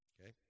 Okay